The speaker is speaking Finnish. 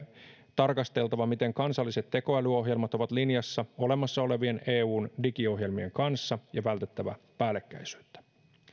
tarkasteltava miten kansalliset tekoälyohjelmat ovat linjassa olemassa olevien eun digiohjelmien kanssa ja vältettävä päällekkäisyyttä